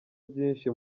byinshi